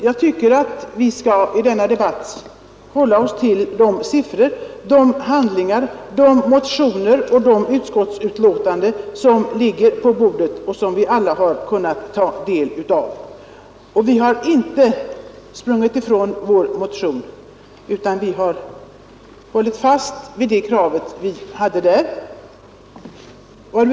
Jag tycker att vi i denna debatt bör hålla oss till de siffror, de handlingar, de motioner och de betänkanden som ligger på bordet och som vi alla har kunnat ta del av. Vi har inte sprungit ifrån vår motion, utan vi har hållit fast vid det krav vi har framfört.